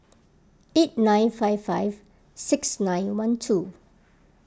eight nine five five six nine one two